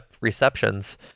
receptions